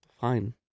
Fine